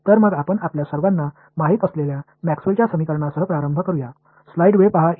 எனவே நீங்கள் அனைவரும் அறிந்த மேக்ஸ்வெல்லின் Maxwell's சமன்பாடுகளுடன் தொடங்குவோம்